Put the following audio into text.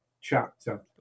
chapter